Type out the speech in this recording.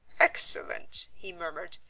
excellent, he murmured,